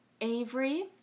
Avery